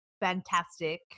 fantastic